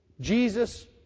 Jesus